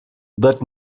that